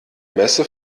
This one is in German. messe